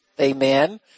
Amen